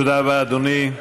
תודה רבה, אדוני.